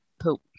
poop